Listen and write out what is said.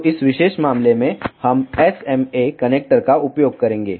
तो इस विशेष मामले में हम SMA कनेक्टर का उपयोग करेंगे